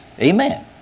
Amen